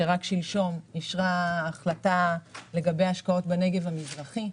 שרק שלשום אישרה החלטה לגבי השקעות בנגב המזרחי,